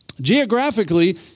Geographically